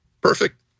Perfect